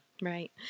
Right